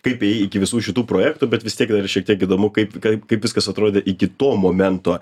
kaip iki visų šitų projektų bet vis tiek dar šiek tiek įdomu kaip kaip kaip viskas atrodė iki to momento